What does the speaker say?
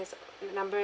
is number